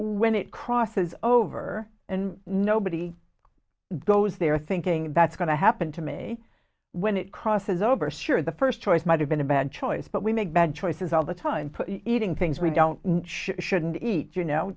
when it crosses over and nobody goes there thinking that's going to happen to me when it crosses over sure the first choice might have been a bad choice but we make bad choices all the time for eating things we don't know which shouldn't eat you know